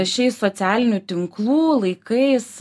šiais socialinių tinklų laikais